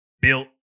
built